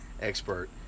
expert